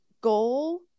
goal